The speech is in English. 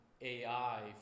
ai